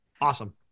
Awesome